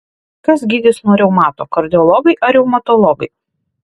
kas gydys nuo reumato kardiologai ar reumatologai